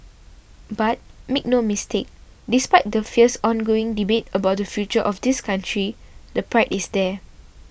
but make no mistake despite the fierce ongoing debate about the future of this country the pride is there